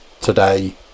today